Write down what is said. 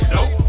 Nope